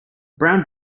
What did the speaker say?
brown